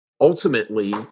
ultimately